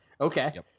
Okay